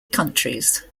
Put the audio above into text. countries